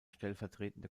stellvertretende